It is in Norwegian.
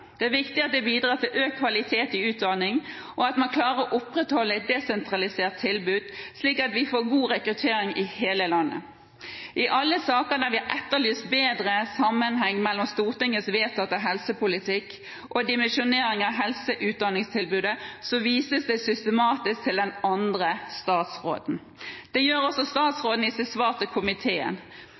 Det er viktig at vi bidrar til økt kvalitet i utdanning, og at man klarer å opprettholde et desentralisert tilbud, slik at vi får god rekruttering i hele landet. I alle saker der vi har etterlyst bedre sammenheng mellom Stortingets vedtatte helsepolitikk og dimensjonering av helse- og utdanningstilbudet, vises det systematisk til den andre statsråden. Det gjør også statsråden i sitt svar til komiteen.